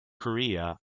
korea